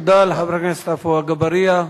תודה לחבר הכנסת עפו אגבאריה.